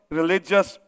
religious